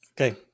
Okay